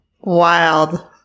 Wild